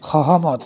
সহমত